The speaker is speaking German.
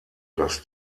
dass